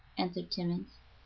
answered timmans.